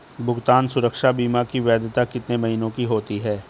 भुगतान सुरक्षा बीमा की वैधता कितने महीनों की होती है?